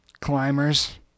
climbers